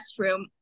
restroom